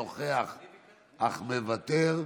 נוכח, אך מוותר.